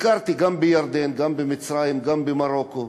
ביקרתי גם בירדן, גם במצרים, גם במרוקו,